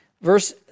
Verse